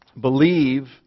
believe